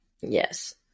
Yes